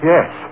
Yes